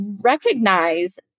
recognize